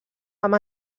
amb